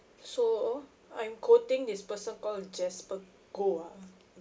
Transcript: so I'm quoting this person called jasper goh ah